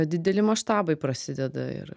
dideli maštabai prasideda ir